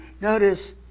Notice